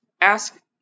ask